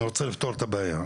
אני רוצה לפתור את הבעיה.